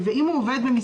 הוא יום שהוא עבד בו.